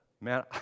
man